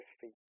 feet